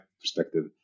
perspective